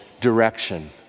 direction